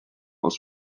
was